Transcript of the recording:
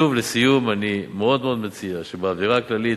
שוב, לסיום, אני מאוד מאוד מציע שבאווירה הכללית,